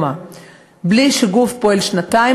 בלי שגוף פועל שנתיים,